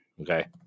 Okay